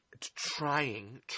trying